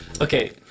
Okay